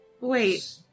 Wait